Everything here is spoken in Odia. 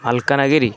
ମାଲକାନଗିରି